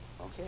Okay